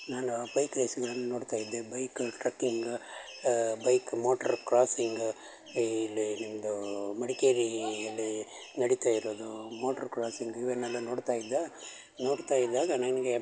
ನಾನು ಬೈಕ್ ರೇಸ್ಗಳನ್ನು ನೋಡ್ತಾ ಇದ್ದೆ bike trekking bike motor crossing ಈ ಇಲ್ಲಿ ನಿಮ್ಮದು ಮಡಿಕೇರಿಯಲ್ಲಿ ನಡೀತಾ ಇರೋದು ಮೋಟ್ರು ಕ್ರಾಸಿಂಗ್ ಇವನ್ನೆಲ್ಲ ನೋಡ್ತಾ ಇದ್ದೆ ನೋಡ್ತಾ ಇದ್ದಾಗ ನನಗೆ